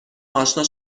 آشنا